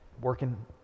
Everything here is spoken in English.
working